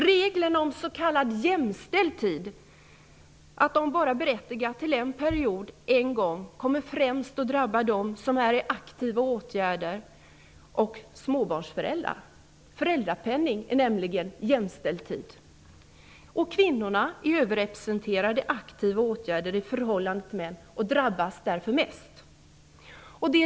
Reglerna om att s.k. jämställd tid bara berättigar till en period en gång kommer främst att drabba dem som finns i aktiva åtgärder och småbarnsföräldrar. Tiden med föräldrapenning betraktas nämligen som jämställd tid. Kvinnorna är överrepresenterade i aktiva åtgärder i förhållande till män och drabbas därför mest.